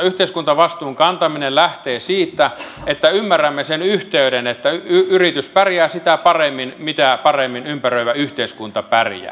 yhteiskuntavastuun kantaminen lähtee siitä että ymmärrämme sen yhteyden että yritys pärjää sitä paremmin mitä paremmin ympäröivä yhteiskunta pärjää